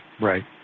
Right